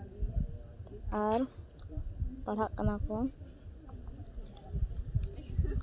ᱟᱨ ᱯᱟᱲᱦᱟᱜ ᱠᱟᱱᱟ ᱠᱚ